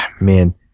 man